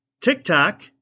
TikTok